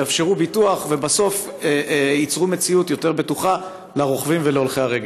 יאפשרו ביטוח ובסוף ייצרו מציאות יותר בטוחה לרוכבים ולהולכי הרגל?